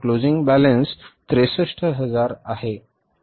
त्यामुळे closing balance 63000 आहे